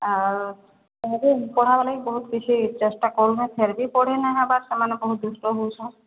ଆଉ ଏମିତି ପଢ଼ା ହବା ଲାଗି ବହୁତ୍ କିଛି ଚେଷ୍ଟା କରୁନ୍ ଫେର୍ ବି ପଢ଼େଇ ନାଇଁ ହେବାର ସେମାନେ ସବୁ ଦୁଷ୍ଟ ହଉଛନ୍